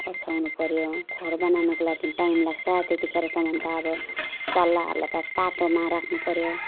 ओछ्याउनु पर्यो खोर बनाउनुको लागि टाइम लाग्छ त्यतिखेरसम्म त अब चल्लाहरूलाई त तातोमा राख्नु पर्यो